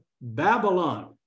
Babylon